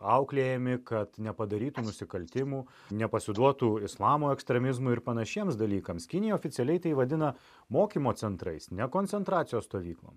auklėjami kad nepadarytų nusikaltimų nepasiduotų islamo ekstremizmui ir panašiems dalykams kinija oficialiai tai vadina mokymo centrais ne koncentracijos stovyklom